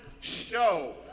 show